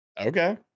Okay